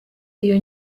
iyo